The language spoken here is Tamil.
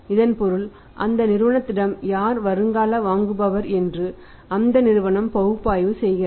இதன் பொருள் அந்த நிறுவனத்திடம் யார் வருங்கால வாங்குபவர் என்று அந்த நிறுவனம் பகுப்பாய்வு செய்கிறது